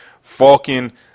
Falcon